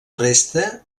resta